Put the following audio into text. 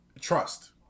trust